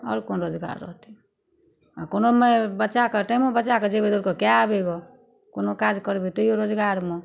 आओर कोन रोजगार रहतै कोनोमे बचाकऽ टाइमो बचाकऽ जेबै दौड़कऽ कए एबै गऽ कोनो काज करबै तैयो रोजगारमे